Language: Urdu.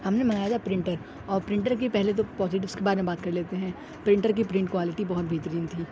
ہم نے منگایا تھا پرنٹر اور پرنٹر کی پہلے تو پوزیٹیوس کے بارے میں بات کر لیتے ہیں پرنٹر کی پرنٹ کوالٹی بہت بہترین تھی